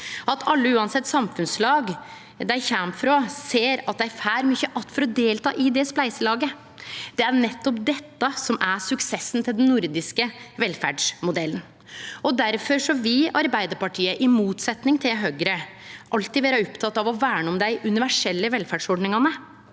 at alle, uansett kva samfunnslag dei kjem frå, ser at dei får mykje att for å delta i det spleiselaget. Det er nettopp dette som er suksessen til den nordiske velferdsmodellen. Difor vil Arbeidarpartiet, i motsetning til Høgre, alltid vere oppteke av å verne om dei universelle velferdsordningane.